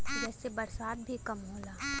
जेसे बरसात भी कम होला